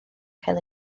cael